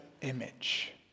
image